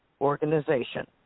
organization